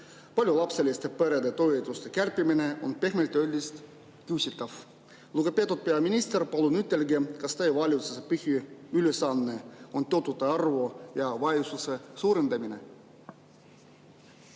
paljulapseliste perede toetuste kärpimine on pehmelt öeldes küsitav. Lugupeetud peaminister, palun ütelge, kas teie valitsuse põhiülesanne on töötute arvu ja vaesuse suurendamine.